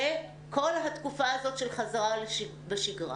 לכל התקופה הזו של חזרה לשגרה,